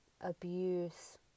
Abuse